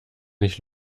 nicht